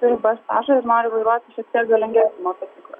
turi b stažą ir nori vairuoti šiek tiek galingesnį motociklą